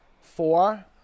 four